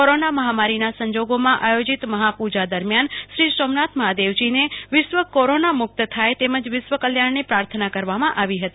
corona મહામારીના સંજોગોમાં આયોજિત મહાપુજા દરમ્યાન શ્રી સોમનાથ મહાદેવજીને વિશ્વકોરોના મુકત થાય તેમજ વિશ્વ કલ્યાણ ની પ્રાર્થના કરવામા આવી હતી